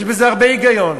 יש בזה הרבה היגיון.